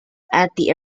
anti